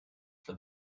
for